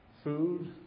Food